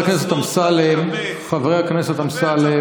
ספר לנו, חבר הכנסת אמסלם.